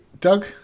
Doug